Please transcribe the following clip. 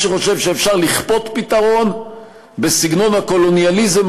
מי שחושב שאפשר לכפות פתרון בסגנון הקולוניאליזם